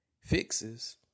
fixes